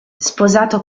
sposato